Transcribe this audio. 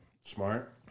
Smart